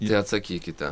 tai atsakykite